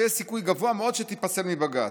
ויש סיכוי גבוה מאוד שתיפסל בבג"ץ"